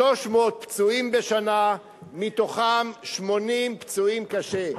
300 פצועים בשנה, מהם 80 פצועים קשה.